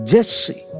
Jesse